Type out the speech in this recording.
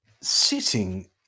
sitting